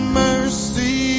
mercy